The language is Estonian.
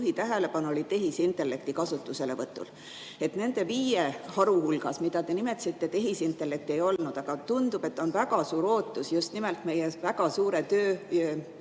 põhitähelepanu oli tehisintellekti kasutuselevõtul. Nende viie haru hulgas, mida te nimetasite, tehisintellekti ei olnud. Aga tundub, et on väga suur ootus just nimelt meie väga suure